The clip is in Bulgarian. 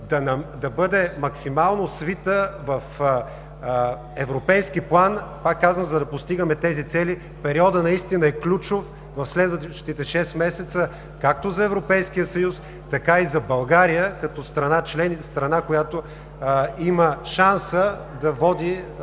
да бъде максимално свита в европейски план, пак казвам, за да постигаме тези цели. Периодът наистина е ключов в следващите шест месеца, както за Европейския съюз, така и за България като страна член и страна, която има шанса да води